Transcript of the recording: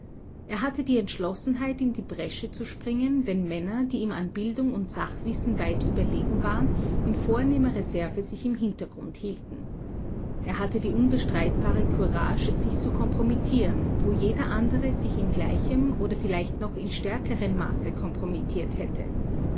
er hatte die entschlossenheit in die bresche zu springen wenn männer die ihm an bildung and sachwissen weit überlegen waren in vornehmer reserve sich im hintergrund hielten er hatte die unbestreitbare courage sich zu kompromittieren wo jeder andere sich in gleichem oder vielleicht noch in stärkerem maße kompromittiert hätte